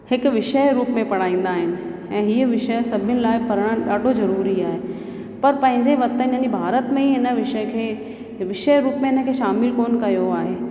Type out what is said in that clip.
हिकु विषय रूप में पढ़ाईंदा आहिनि ऐं हीउ विषय सभिनि लाइ पढ़णु ॾाढो ज़रूरी आहे पर पंहिंजे वतन यानी भारत में ई इन विषय खे विषय रूप में हिनखे शामिलु कोन कयो आहे